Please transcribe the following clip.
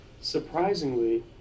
surprisingly